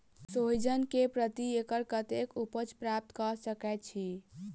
सोहिजन केँ प्रति एकड़ कतेक उपज प्राप्त कऽ सकै छी?